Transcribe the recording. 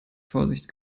vorsicht